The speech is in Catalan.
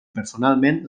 personalment